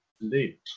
indeed